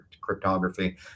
cryptography